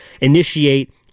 initiate